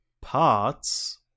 parts